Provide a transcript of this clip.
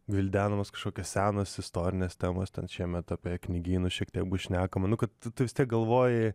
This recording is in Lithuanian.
gvildenamos kažkokios senos istorines temos ten šiemet etape knygynų šiek tiek bus šnekama kad tu vis tiek galvoji